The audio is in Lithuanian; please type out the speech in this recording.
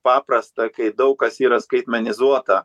paprasta kai daug kas yra skaitmenizuota